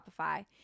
Shopify